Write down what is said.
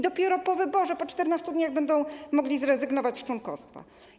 Dopiero po wyborze, po 14 dniach będą mogli zrezygnować z członkostwa.